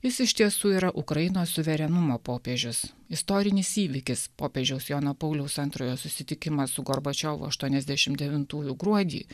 jis iš tiesų yra ukrainos suverenumo popiežius istorinis įvykis popiežiaus jono pauliaus antrojo susitikimas su gorbačiovu aštuoniasdešimt devintųjų gruodį